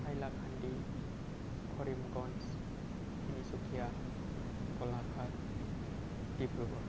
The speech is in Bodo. हाइलाकान्दि करिमगन्ज तिनिचुकिया ग'लाघाट डिब्रुग'ड